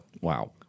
Wow